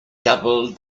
double